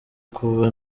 kuba